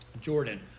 Jordan